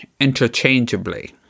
interchangeably